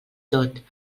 tot